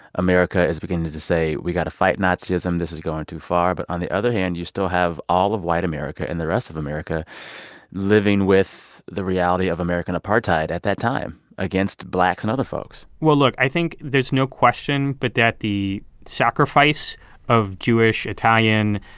america is beginning to to say, we got to fight nazism. this is going too far. but on the other hand, you still have all of white america and the rest of america living with the reality of american apartheid at that time against blacks and other folks well, look. i think there's no question, but that the sacrifice of jewish, italian,